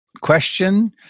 question